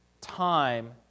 time